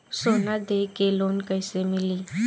सोना दे के लोन कैसे मिली?